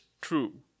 true